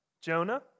Jonah